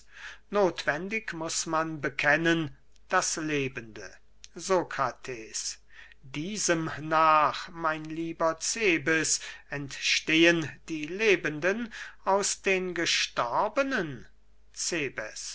nothwendig muß man bekennen das lebende sokrates diesem nach mein lieber cebes entstehen die lebenden aus den gestorbenen